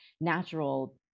natural